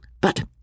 But